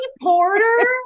Porter